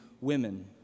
women